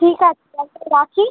ঠিক আছে আচ্ছা রাখি